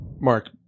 Mark